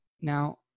Now